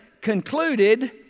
concluded